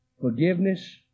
forgiveness